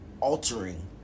altering